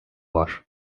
var